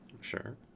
Sure